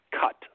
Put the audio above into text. cut